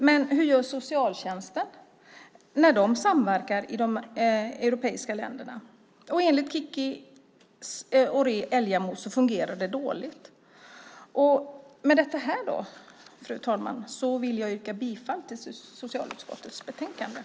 Men hur gör de i socialtjänsten i de europeiska länderna när de samverkar? Enligt Kickis Åhré Älgamo fungerar det dåligt. Med detta, fru talman, yrkar jag bifall till socialutskottets förslag i betänkandet.